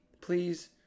Please